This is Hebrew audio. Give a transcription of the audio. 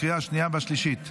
לקריאה השנייה והשלישית.